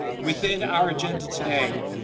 within our agenda today,